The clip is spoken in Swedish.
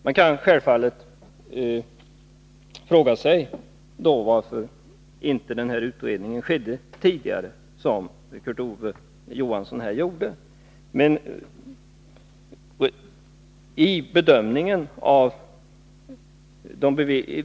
Man kan då självfallet, som Kurt Ove Johansson här gjorde, fråga sig varför den här utredningen inte skedde tidigare.